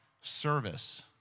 service